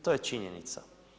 To je činjenica.